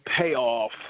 payoff